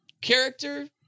character